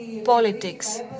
politics